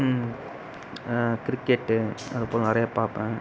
cricket அதுப்போல் நிறைய பார்ப்பேன்